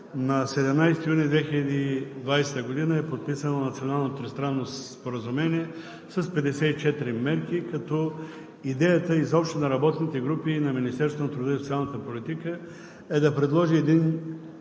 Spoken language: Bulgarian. На 17 юни 2020 г. е подписано Национално тристранно споразумение с 54 мерки, като идеята изобщо на работните групи и на Министерството на труда и социалната политика е да предложи един